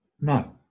No